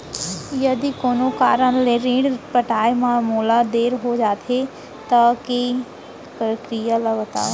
यदि कोनो कारन ले ऋण पटाय मा मोला देर हो जाथे, तब के प्रक्रिया ला बतावव